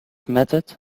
method